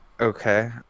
okay